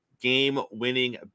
game-winning